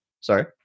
Sorry